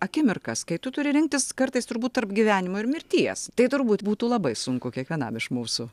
akimirkas kai tu turi rinktis kartais turbūt tarp gyvenimo ir mirties tai turbūt būtų labai sunku kiekvienam iš mūsų